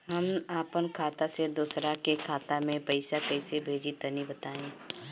हम आपन खाता से दोसरा के खाता मे पईसा कइसे भेजि तनि बताईं?